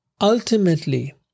ultimately